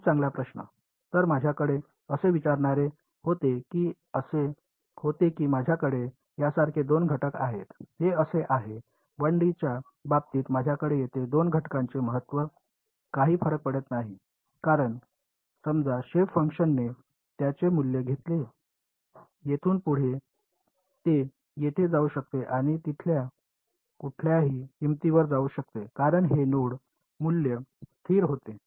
खूप चांगला प्रश्न तर माझ्याकडे असे विचारणारे होते की असे होते की माझ्याकडे यासारखे दोन घटक आहेत हे असे आहे 1D च्या बाबतीत माझ्याकडे येथे 2 घटकांचे महत्त्व काही फरक पडत नाही कारण समजा शेप फंक्शनने त्याचे मूल्य घेतले येथून पुढे ते येथे जाऊ शकते आणि इथल्या कुठल्याही किंमतीवर जाऊ शकते कारण हे नोड मूल्य स्थिर होते